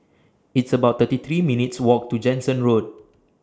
It's about thirty three minutes' Walk to Jansen Road